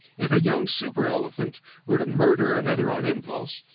if a young super-elephant were to murder another on impulse,